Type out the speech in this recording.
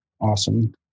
Awesome